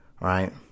Right